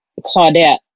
Claudette